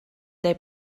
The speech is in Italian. dai